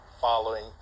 following